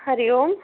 हरिः ओं